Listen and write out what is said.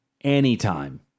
anytime